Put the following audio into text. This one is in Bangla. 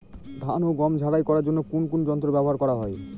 ধান ও গম ঝারাই করার জন্য কোন কোন যন্ত্র ব্যাবহার করা হয়?